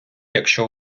якщо